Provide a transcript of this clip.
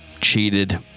cheated